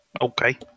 Okay